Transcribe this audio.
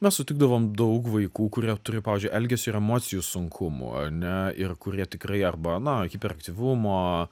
na sutikdavom daug vaikų kurie turi pavyzdžiui elgesio ir emocijų sunkumų ar ne ir kur jie tikrai arba na hiperaktyvumo